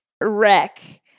wreck